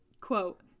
Quote